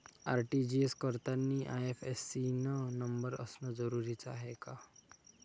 RTGS करतांनी IFSC न number असनं जरुरीच हाय का?